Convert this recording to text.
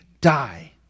die